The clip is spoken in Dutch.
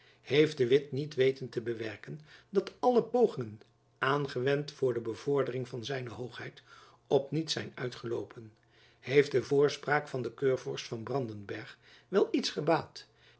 heeft de witt niet weten te bewerken dat alle pogingen aangewend voor de bevordering van zijn hoogheid op niets zijn uitgeloopen heeft de voorspraak van den keurvorst van brandenberg wel iets